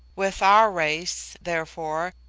with our race, therefore,